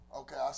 okay